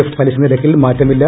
F പലിശനിരക്കിൽ മാറ്റമില്ല